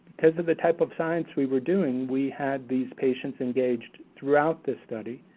because of the type of science we were doing, we had these patients engaged throughout the study.